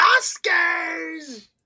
Oscars